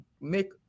make